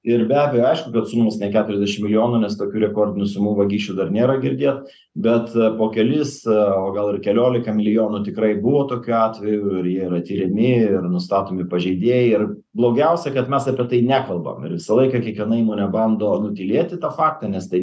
ir be abejo aišku kad sumos ne keturiasdešimt milijonų nes tokių rekordinių sumų vagysčių dar nėra girdėt bet po kelis o gal ir keliolika milijonų tikrai buvo tokių atvejų kurie yra tiriami ir nustatomi pažeidėjai ir blogiausia kad mes apie tai nekalbam ir visą laiką kiekviena įmonė bando nutylėti tą faktą nes tai